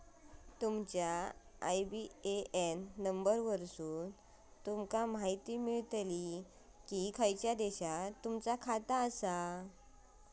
तुमच्या IBAN number वरसुन तुमका म्हायती जाताला की खयच्या देशात तुमचा खाता आसा